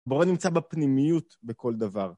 בורא נמצא בפנימיות בכל דבר.